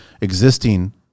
existing